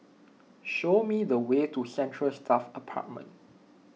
show me the way to Central Staff Apartment